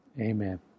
amen